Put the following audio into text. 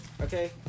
okay